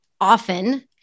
often